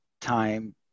time